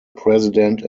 president